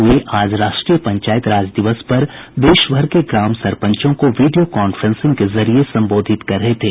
वे आज राष्ट्रीय पंचायत राज दिवस पर देशभर की ग्राम सरपंचों को वीडियो कान्फ्रेसिंग के जरिए सम्बोधित कर रहे थे